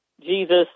Jesus